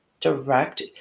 direct